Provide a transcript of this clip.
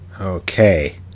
okay